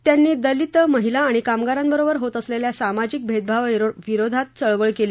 त्यांनी दलित महिला आणि कामगारांबरोबर होत असलेल्या सामाजिक भेदभावाविरोधात चळवळ केली